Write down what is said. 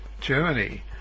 Germany